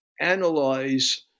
analyze